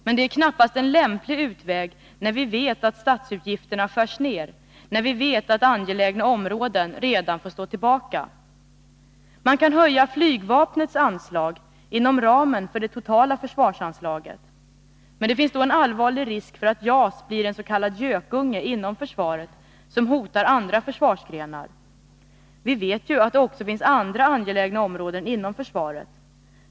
Men det är knappast en lämplig utväg när vi vet att statsutgifterna skärs ned, när vi vet att angelägna områden redan får stå tillbaka. Man kan höja flygvapnets anslag inom ramen för det totala försvarsanlaget. Men det finns då en allvarlig risk för att JAS blir ens.k. gökunge inom försvaret som hotar andra försvarsgrenar. Vi vet att det också finns andra angelägna områden inom försvaret.